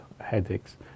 headaches